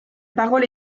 parole